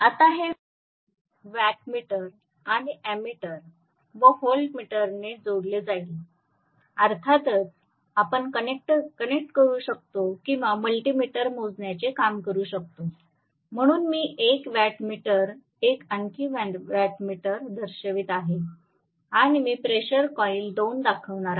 आता हे वॅटमीटर आणि अॅमीटर व व्होल्टमीटरने जोडले जाईल अर्थातच आपण कनेक्ट करू शकतो किंवा मल्टी मीटर मोजण्याचे काम करू शकतो म्हणून मी 1 वॅटमीटर 1 आणखी वॅटमीटर दर्शवित आहे आणि मी प्रेशर कॉइल दोन दाखवणार आहे